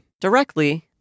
directly